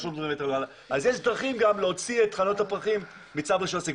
יש דרכים גם להוציא את חנויות הפרחים מצו רישוי עסקים.